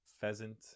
pheasant